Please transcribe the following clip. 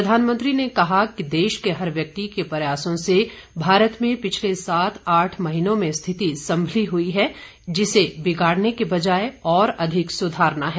प्रधानमंत्री ने कहा कि देश के हर व्यक्ति के प्रयासों से भारत में पिछले सात आठ महीनों में स्थिति संभली हुई है जिसे बिगाड़ने के बजाए और अधिक सुधारना है